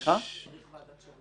צריך ועדת שירות.